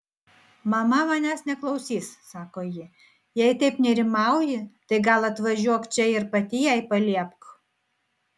mama manęs neklausys sako ji jei taip nerimauji tai gal atvažiuok čia ir pati jai paliepk